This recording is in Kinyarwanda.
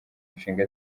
nshinga